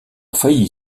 faillit